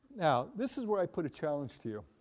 now, this is where i put a challenge to you.